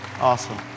Awesome